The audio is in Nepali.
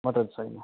मटर छैन